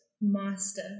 master